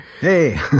Hey